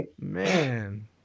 man